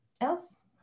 else